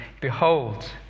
Behold